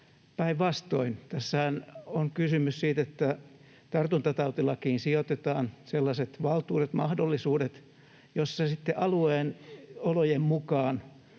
Päinvastoinhan tässä on kysymys siitä, että tartuntatautilakiin sijoitetaan sellaiset valtuudet, mahdollisuudet, joilla sitten alueen olojen mukaan